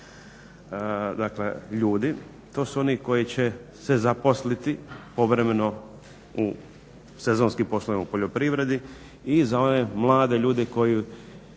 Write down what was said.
dakle ljudi. To su oni koji će se zaposliti povremeno u sezonskim poslovima u poljoprivredi i za one mlade ljude koji